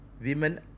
women